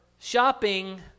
shopping